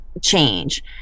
change